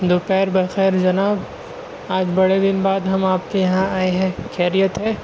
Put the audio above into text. دوپہر بخیر جناب آج بڑے دن بعد ہم آپ کے یھاں آئے ہیں خیریت ہے